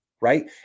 Right